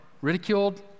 ridiculed